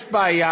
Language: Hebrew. יש בעיה: